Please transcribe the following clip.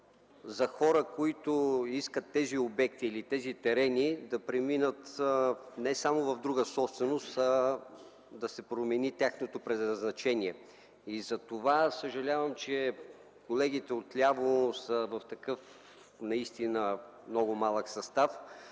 за хора, които искат тези обекти или тези терени да преминат не само в друга собственост, а да се промени тяхното предназначение. Затова съжалявам, че колегите отляво са наистина в такъв малък състав,